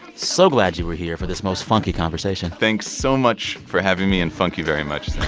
so glad you were here for this most funky conversation thanks so much for having me. and funk you very much